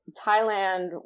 Thailand